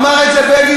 אמר את זה בגין,